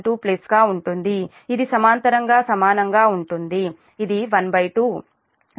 2 గా ఉంటుంది ఇది సమాంతరంగా సమానంగా ఉంటుంది ఇది 12 0